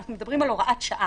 אנחנו מדברים על הוראת שעה,